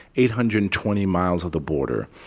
eight hundred and twenty miles of the border.